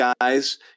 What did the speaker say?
guys